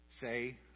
say